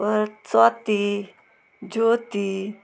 परत स्वती ज्योती